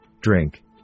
drink